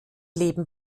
leben